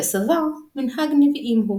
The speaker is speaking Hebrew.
קסבר מנהג נביאים הוא",